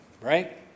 right